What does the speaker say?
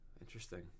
interesting